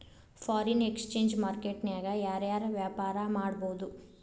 Foreign exchange market ನ್ಯಾಗ ಯಾರ್ ಯಾರ್ ವ್ಯಾಪಾರಾ ಮಾಡ್ಬೊದು?